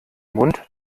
mund